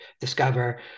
discover